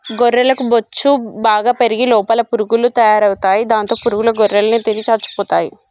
గొర్రెలకు బొచ్చు బాగా పెరిగి లోపల పురుగులు తయారవుతాయి దాంతో పురుగుల గొర్రెలను తిని చచ్చిపోతాయి